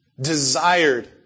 desired